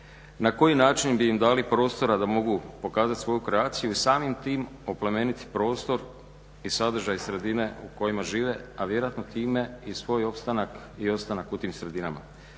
na koji način bi im dali prostora da mogu pokazati svoju kreaciju i samim tim oplemeniti prostor i sadržaj sredine u kojima žive a vjerojatno time i svoj opstanak i ostanak u tim sredinama.